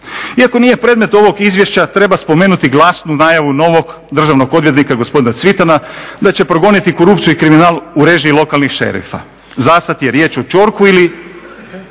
Iako nije predmet ovog izvješća treba spomenuti glasnu najavu novog državnog odvjetnika gospodina Cvitana da će progoniti korupciju i kriminal u režiji lokalnih šerifa. Za sad je riječ o ćorku ili